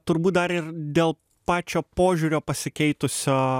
turbūt dar ir dėl pačio požiūrio pasikeitusio